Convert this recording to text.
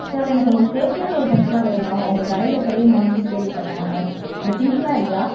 sir எனக்கு கொஞ்சம் stationery ஐட்டம்ஸ்லாம் வேணும் உங்கள் கடையில பெரிய மார்க்கெட் கேள்விப் பட்டேன் அதான் அந்த திங்க்ஸ்லாம் இருக்கா